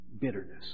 bitterness